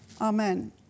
Amen